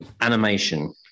animation